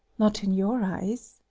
not in your eyes.